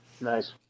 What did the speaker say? Nice